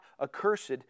accursed